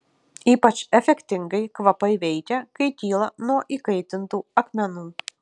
ypač efektingai kvapai veikia kai kyla nuo įkaitintų akmenų